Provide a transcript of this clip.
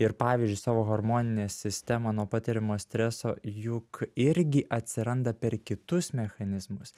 ir pavyzdžiui savo hormoninė sistema nuo patiriamo streso juk irgi atsiranda per kitus mechanizmus